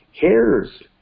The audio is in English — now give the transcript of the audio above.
hairs